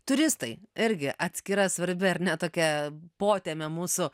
turistai irgi atskira svarbi ar ne tokia potemė mūsų